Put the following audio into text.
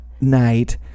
night